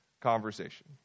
conversation